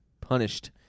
punished